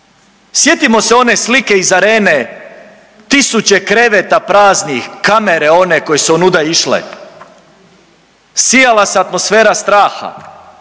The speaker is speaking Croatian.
Sjetimo se one slike iz Arene tisuće kreveta praznih, kamere one koje su onuda išle, sijala se atmosfera straha